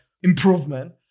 improvement